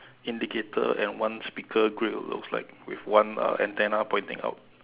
indicator and one speaker grey looks like with one uh antennae pointing out